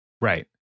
Right